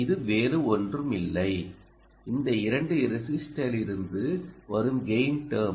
இது வேறு ஒன்றுமில்லை இந்த இரண்டு ரெஸிஸ்டரிலிருந்து வரும் கெய்ன் டெர்ம்